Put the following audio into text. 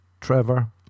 trevor